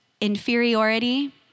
inferiority